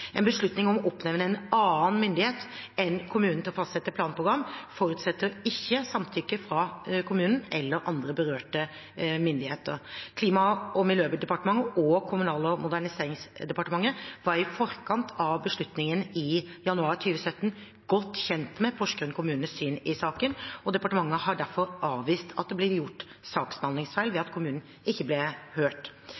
enn kommunen til å fastsette planprogram forutsetter ikke samtykke fra kommunen eller andre berørte myndigheter. Klima- og miljødepartementet og Kommunal- og moderniseringsdepartementet var i forkant av beslutningen i januar 2017 godt kjent med Porsgrunn kommunes syn i saken. Departementet har derfor avvist at det ble gjort saksbehandlingsfeil ved